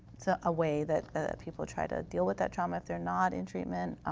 so a way that people try to deal with that trauma if they're not in treatment.